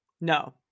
No